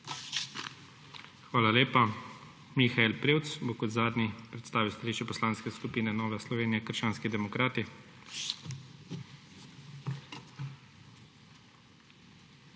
Hvala lepa. Mihael Prevc bo kot zadnji predstavil stališče Poslanske skupine Nove Slovenije – krščanski demokrati.